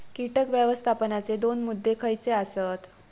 कीटक व्यवस्थापनाचे दोन मुद्दे खयचे आसत?